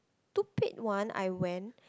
one I went